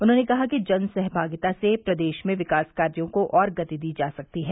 उन्होंने कहा कि जन सहभागिता से प्रदेश में विकास कार्यों को और गति दी जा सकती है